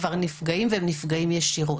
כבר נפגעים והם נפגעים ישירות.